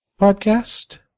podcast